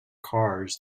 cars